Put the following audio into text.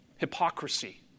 Hypocrisy